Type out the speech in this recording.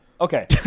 Okay